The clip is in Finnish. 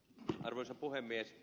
arvoisa puhemies